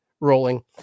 rolling